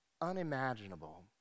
unimaginable